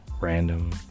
random